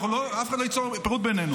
אנחנו לא, אף אחד לא ייצור היפרדות בינינו.